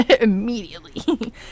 Immediately